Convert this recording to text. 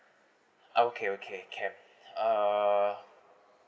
okay okay can uh